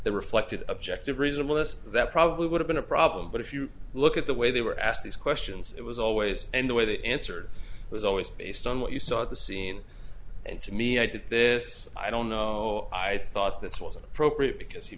the reflected objective reasonable us that probably would have been a problem but if you look at the way they were asked these questions it was always in the way that answered it was always based on what you saw at the scene and to me i did this i don't know i thought this was inappropriate because he